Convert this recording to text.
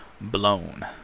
Blown